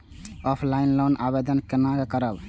Offline loan के आवेदन केना करब?